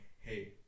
hey